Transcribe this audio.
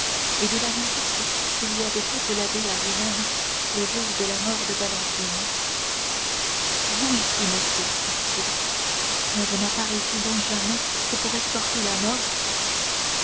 et de la visite que lui avait faite l'abbé à lui-même le jour de la mort de valentine vous ici monsieur dit-il mais vous n'apparaissez donc jamais que pour escorter la mort